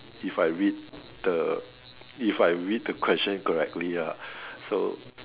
if I read the if I read the question correctly ah so